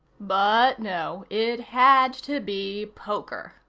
but no. it had to be poker.